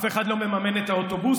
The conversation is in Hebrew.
אף אחד לא מממן את האוטובוסים.